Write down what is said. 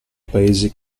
paesi